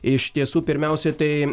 iš tiesų pirmiausia tai